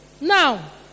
now